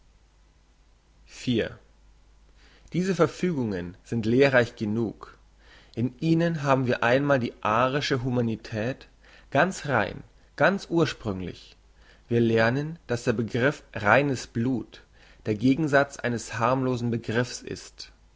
diese verfügungen sind lehrreich genug in ihnen haben wir einmal die arische humanität ganz rein ganz ursprünglich wir lernen dass der begriff reines blut der gegensatz eines harmlosen begriffs ist